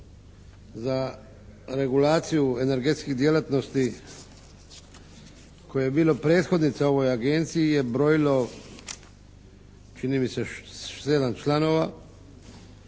za regulaciju energetskih djelatnosti koje je bilo prethodnica ovoj Agenciji je brojilo čini mi se sedam članova,